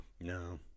No